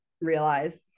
realize